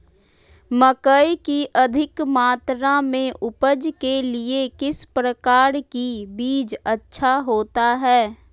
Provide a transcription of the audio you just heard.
मकई की अधिक मात्रा में उपज के लिए किस प्रकार की बीज अच्छा होता है?